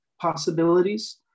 possibilities